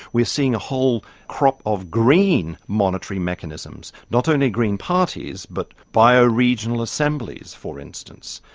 we are seeing a whole crop of green monitory mechanisms, not only green parties but bioregional assemblies, for instance.